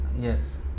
Yes